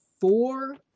four